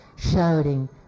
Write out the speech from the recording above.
shouting